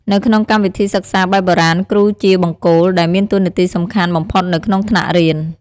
នៅក្នុងកម្មវិធីសិក្សាបែបបុរាណ គ្រូជាបង្គោល ដែលមានតួនាទីសំខាន់បំផុតនៅក្នុងថ្នាក់រៀន។